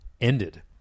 ended